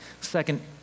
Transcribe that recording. Second